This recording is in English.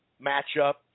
matchup